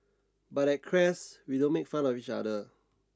but at Crest we don't make fun of each other